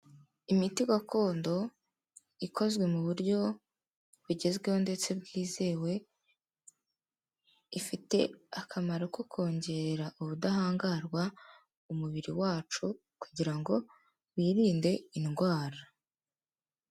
Imiti gakondo ikozwe mu buryo bugezweho ndetse bwizewe, ifite akamaro ko kongerera ubudahangarwa umubiri wacu kugira ngo wirinde indwara.